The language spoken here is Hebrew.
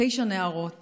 תשע נערות